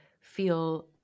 feel